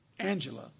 Angela